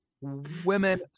women